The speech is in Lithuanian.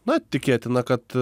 na tikėtina kad